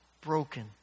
broken